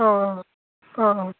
অঁ অঁ অঁ অঁ